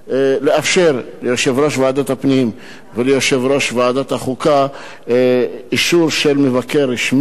לאפשר ליושב-ראש ועדת הפנים וליושב-ראש ועדת החוקה אישור של מבקר רשמי.